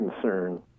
concern